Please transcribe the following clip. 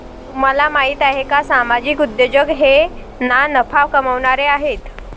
तुम्हाला माहिती आहे का सामाजिक उद्योजक हे ना नफा कमावणारे आहेत